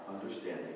understanding